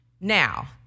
Now